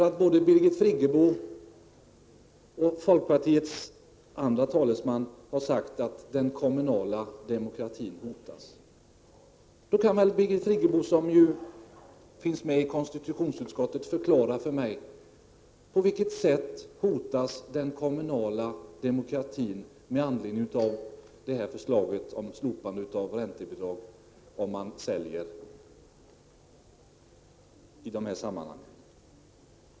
7” Både Birgit Friggebo och folkpartiets andra talesman har sagt att den kommunala demokratin hotas. Då kan väl Birgit Friggebo, som ju sitter i konstitutionsutskottet, förklara för mig på vilket sätt den kommunala demokratin hotas med anledning av det här förslaget om slopande av räntebidrag vid försäljning.